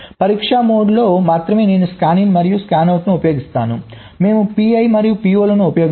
పరీక్ష మోడ్లో మాత్రమే నేను స్కానిన్ మరియు స్కానౌట్ ఉపయోగిస్తాను మేము PI మరియు PO లను ఉపయోగించము